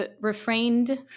refrained